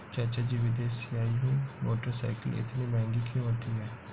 चाचा जी विदेश से आई हुई मोटरसाइकिल इतनी महंगी क्यों होती है?